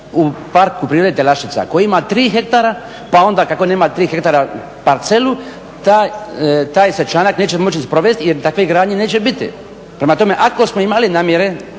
u parku prirode Telaščica koji ima tri hektara pa kako nema tri hektara parcelu, taj se članak neće moći sprovesti jer takve gradnje neće biti. Prema tome ako smo imali namjere